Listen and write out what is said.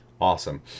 awesome